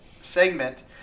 Segment